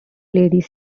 ladies